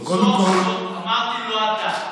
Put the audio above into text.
טוב, קודם כול, אמרתי, לא אתה.